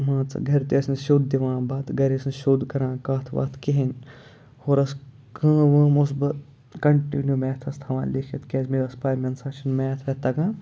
مان ژٕ گَرِ تہِ ٲسۍ نہٕ سیٚود دِوان بَتہٕ گَرِ ٲسۍ نہٕ سیٚود کَران کَتھ وَتھ کِہیٖنۍ ہورٕ ٲس کٲم وٲم اوسُس بہٕ کَنٹِنیوٗ میتھَس تھاوان لیکھِتھ کیٛازِ مےٚ ٲس پَے مےٚ نہٕ سا چھِنہٕ میتھ ویتھ تَگان